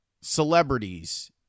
celebrities